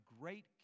great